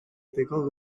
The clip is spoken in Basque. egiteko